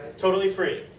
totally free.